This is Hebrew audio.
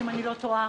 אם אני לא טועה,